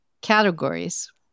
categories